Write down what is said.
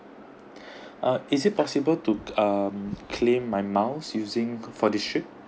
uh is it possible to um claim my miles using for this trip